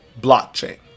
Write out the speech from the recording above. blockchain